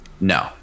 No